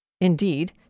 Indeed